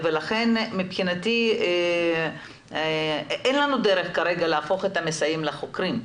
לכן מבחינתי אין לנו כרגע דרך להפוך את המסייעים לחוקרים.